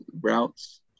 routes